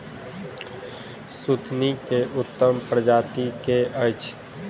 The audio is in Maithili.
सुथनी केँ उत्तम प्रजाति केँ अछि?